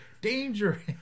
danger